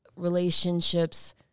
relationships